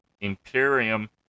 Imperium